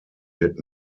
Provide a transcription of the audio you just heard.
did